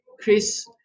Chris